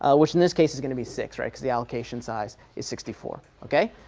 ah which in this case is going to be six right. because the allocation size is sixty four, ok?